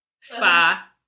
Spa